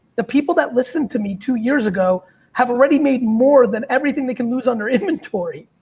the people that listened to me two years ago have already made more than everything they can lose under inventory.